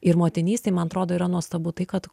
ir motinystėj man atrodo yra nuostabu tai kad